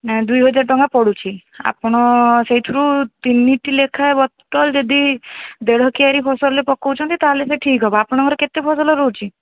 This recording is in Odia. ନାଇଁ ଦୁଇହଜାର ଟଙ୍କା ପଡ଼ୁଛି ଆପଣ ସେଇଥିରୁ ତିନିଟି ଲେଖାଁ ବୋତଲ ଯଦି ଦେଢ଼ କିଆରି ଫସଲରେ ପକାଉଛନ୍ତି ତାହେଲେ ସେ ଠିକ୍ ହେବ ଆପଣଙ୍କର କେତେ ଫସଲ ରହୁଛି